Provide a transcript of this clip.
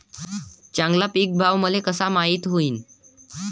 चांगला पीक भाव मले कसा माइत होईन?